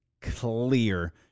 clear